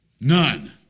None